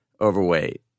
overweight